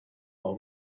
all